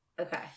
Okay